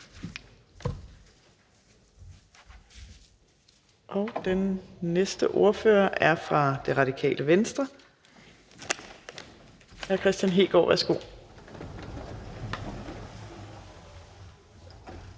Og den næste ordfører er fra Det Radikale Venstre. Hr. Kristian Hegaard, værsgo.